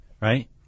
right